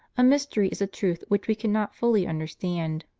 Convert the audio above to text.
a mystery is a truth which we cannot fully understand.